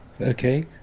Okay